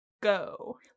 go